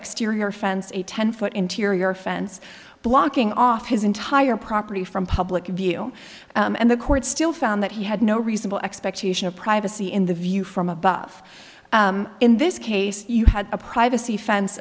exterior fence a ten foot interior fence blocking off his entire property from public view and the court still found that he had no reasonable expectation of privacy in the view from a buff in this case you had a privacy fence